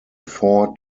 four